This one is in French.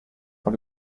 par